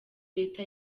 leta